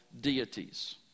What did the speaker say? deities